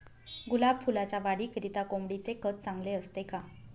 गुलाब फुलाच्या वाढीकरिता कोंबडीचे खत चांगले असते का?